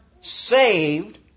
saved